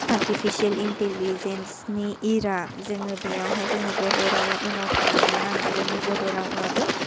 artificial इन्टिलिजेन्टसनि इरा जोङो बेयावहाय जोंनि बड' रावा उनाव थालांनो नाङा जोंनि बड' रावाबो